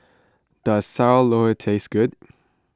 does Sayur Lodeh taste good